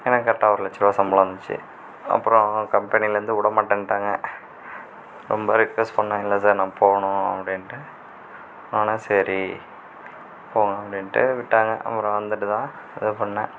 எனக்கு கரெக்டா ஒரு லட்சம் ரூபா சம்பளம் வந்துச்சு அப்புறம் கம்பெனியில் இருந்து விட மாட்டேன்னுடாங்க ரொம்ப ரெக்வெஸ்ட் பண்ணிணேன் இல்லை சார் நான் போகணும் அப்படின்ட்டு ஆனால் சரி போ அப்படின்ட்டு விட்டாங்க அப்புறம் வந்துட்டு தான் இதை பண்ணிணேன்